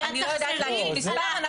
אני לא יודעת להגיד מספר.